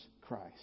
Christ